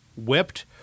whipped